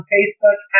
Facebook